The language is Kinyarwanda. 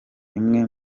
imwe